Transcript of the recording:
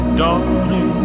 darling